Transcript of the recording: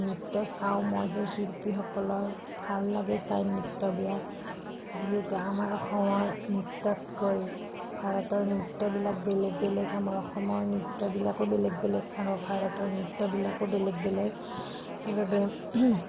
নৃত্য চাওঁ মই সেই শিল্পীসকলৰ ভাল লাগে চাই নৃত্যবিলাক যিহেতু আমাৰ অসমত নৃত্যতকৈ ভাৰতৰ নৃত্যবিলাক বেলেগ বেলেগ আমাৰ অসমৰ নৃত্যবিলাকো বেলেগ বেলেগ আৰু ভাৰতৰ নৃত্যবিলাকো বেলেগ বেলেগ সেইবাবে